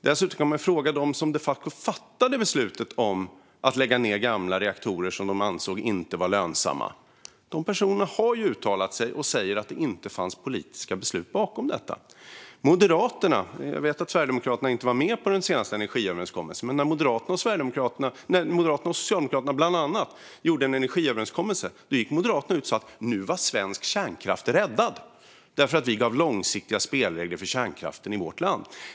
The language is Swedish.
Dessutom kan man fråga dem som de facto fattade beslutet om att lägga ned gamla reaktorer som de ansåg inte var lönsamma. Dessa personer har uttalat sig och sagt att det inte fanns politiska beslut bakom detta. Jag vet att Sverigedemokraterna inte var med i den senaste energiöverenskommelsen, men när bland andra Moderaterna och Socialdemokraterna gjorde den gick Moderaterna ut och sa att nu var svensk kärnkraft räddad eftersom vi gav långsiktiga spelregler för kärnkraften i vårt land.